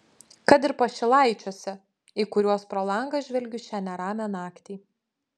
kad ir pašilaičiuose į kuriuos pro langą žvelgiu šią neramią naktį